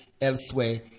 elsewhere